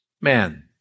man